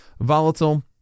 volatile